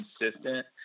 consistent